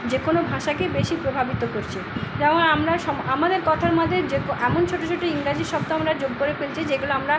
যে কোনো ভাষাকেই বেশি প্রভাবিত করছে যেমন আমরা সম আমাদের কথা মাধ্যে যে কো এমন ছোটো ছোটো ইংরাজি শব্দ আমরা যোগ করে ফেলছি যেগুলো আমরা